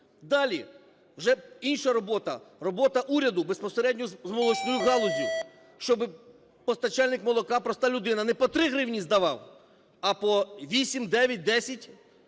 Далі вже інша робота, робота уряду безпосередньо з молочною галуззю, щоб постачальник молока, проста людина, не по 3 гривні здавав, а по 8, 9, 10.